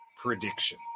Prediction